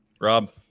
Rob